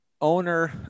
owner